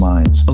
Minds